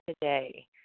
today